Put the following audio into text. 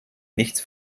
nichts